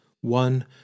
One